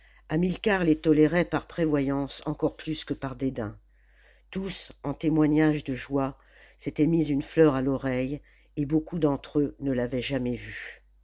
hamilcar les tolérait par prévoyance encore plus que par dédain tous en témoignage de joie s'étaient mis une fleur à l'oreille et beaucoup d'entre eux ne l'avaient jamais vu